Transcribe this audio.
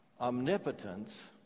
omnipotence